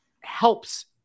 helps